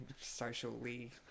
Socially